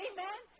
Amen